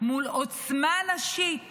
מול עוצמה נשית